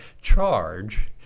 charge